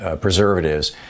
preservatives